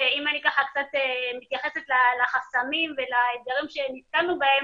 אם אני ככה קצת מתייחסת לחסמים ולאתגרים שנתקלנו בהם,